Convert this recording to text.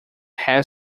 have